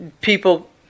people